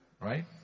Right